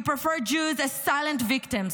You prefer Jews as silent victims,